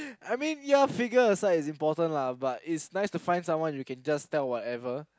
I mean ya figures size is important lah but it's nice to find someone you can just tell whatever